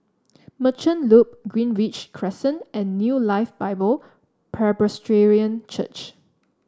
Merchant Loop Greenridge Crescent and New Life Bible Presbyterian Church